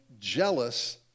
jealous